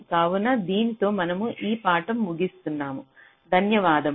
కావున దీనితో మనము ఈ పాఠం ముగిస్తున్నాము